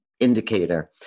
indicator